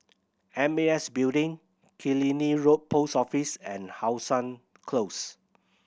M A S Building Killiney Road Post Office and How Sun Close